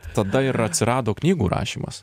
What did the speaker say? tada ir atsirado knygų rašymas